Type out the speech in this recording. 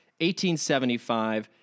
1875